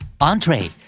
Entree